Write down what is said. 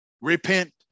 Repent